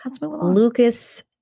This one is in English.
Lucas